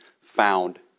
found